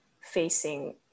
facing